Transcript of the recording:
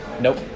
nope